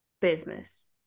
business